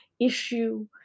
issue